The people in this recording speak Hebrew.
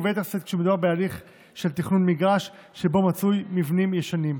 וביתר שאת כאשר מדובר בהליך של תכנון מגרש שבו מצויים מבנים ישנים.